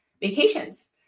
vacations